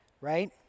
Right